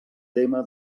tema